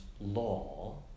law